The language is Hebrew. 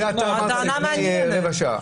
זה מה שאמרת לפני רבע שעה.